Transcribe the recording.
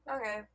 okay